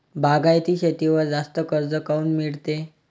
बागायती शेतीवर जास्त कर्ज काऊन मिळते?